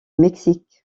mexique